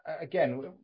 again